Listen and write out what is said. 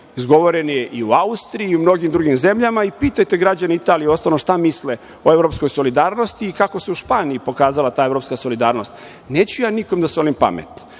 Izgovoren je i u Austriji i u mnogim drugim zemljama i pitajte građane Italije uostalom šta misle o evropskojsolidarnosti i kako se u Španiji pokazala ta evropska solidarnost. Neću ja nikom da solim pamet.